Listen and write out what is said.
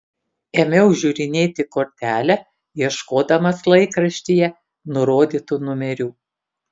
ėmiau žiūrinėti kortelę ieškodamas laikraštyje nurodytų numerių